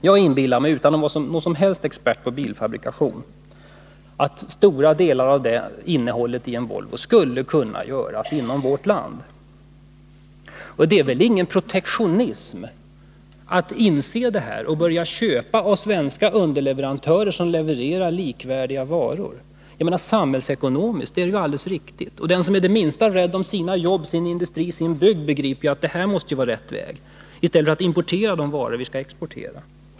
Jag inbillar mig, utan att på något sätt vara expert på bilfabrikation, att stora delar av innehållet i en Volvo skulle kunna göras inom vårt land. Det är väl ingen protektionism att inse detta och börja köpa av svenska underleverantörer som levererar likvärdiga varor. Samhällsekonomiskt är det ju alldeles riktigt. Den som är det minsta rädd om sitt jobb, sin industri och sin bygd begriper att det måste vara rätt väg i stället för att importera varor vi skall exportera.